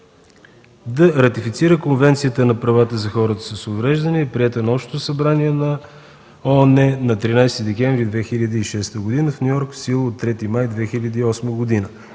да ратифицира Конвенцията за правата на хората с увреждания, приета на Общото събрание на ООН на 13 декември 2006 г. в Ню Йорк, в сила от 3 май 2008 г.